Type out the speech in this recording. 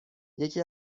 یکی